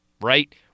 right